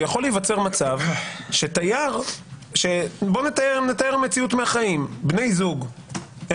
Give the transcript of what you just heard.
ויכול להיווצר מצב שנתאר מציאות מהחיים בני זוג,